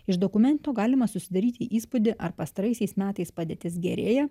iš dokumentų galima susidaryti įspūdį ar pastaraisiais metais padėtis gerėja